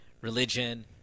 religion